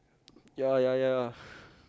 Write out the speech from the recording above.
ya ya ya